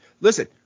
listen